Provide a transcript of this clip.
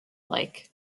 lake